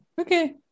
Okay